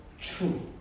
true